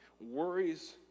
worries